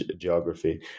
geography